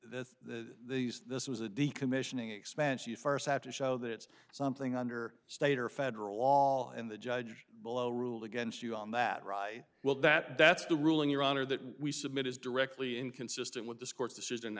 this these this was a decommissioning expense you first have to show that it's something under state or federal law and the judge below ruled against you on that right will that that's the ruling your honor that we submit is directly inconsistent with this court's decision